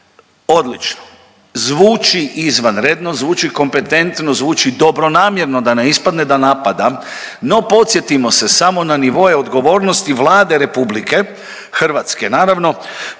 Odlično. Zvuči izvanredno, zvuči kompetentno, zvuči dobronamjerno, da ne ispadne da napadam, no, podsjetimo se, samo na nivoe odgovornosti Vlade Republike, Hrvatske naravno,